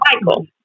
Michael